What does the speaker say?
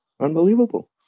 Unbelievable